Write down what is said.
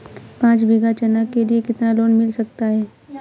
पाँच बीघा चना के लिए कितना लोन मिल सकता है?